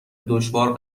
دشوار